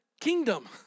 kingdom